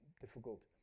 difficult